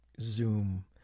Zoom